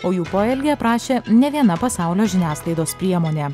o jų poelgį aprašė nė viena pasaulio žiniasklaidos priemonė